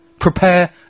prepare